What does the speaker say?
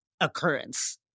occurrence